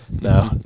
no